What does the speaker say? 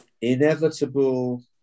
inevitable